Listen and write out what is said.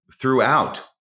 throughout